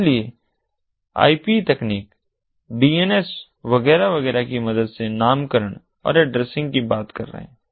इसलिए हम आईपी तकनीक डीएनएस वगैरह वगैरह की मदद से नामकरण और एड्रेसिंग की बात कर रहे हैं